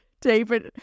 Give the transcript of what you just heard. David